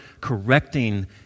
correcting